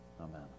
Amen